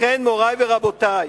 לכן, מורי ורבותי,